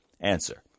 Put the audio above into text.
Answer